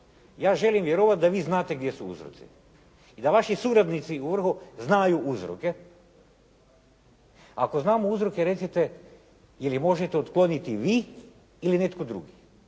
Ja želim vjerovati da vi znate gdje su uzroci i da vaši suradnici u vrhu znaju uzroke. Ako znamo uzroke recite je li ih možete otkloniti vi ili netko drugi,